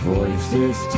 Voices